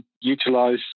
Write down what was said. utilize